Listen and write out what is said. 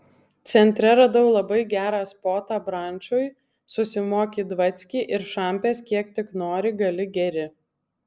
centre radau labai gerą spotą brančui susimoki dvackį ir šampės kiek tik nori gali geri